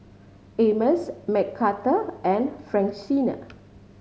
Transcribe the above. Amos Mcarthur and Francina